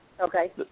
Okay